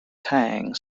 tang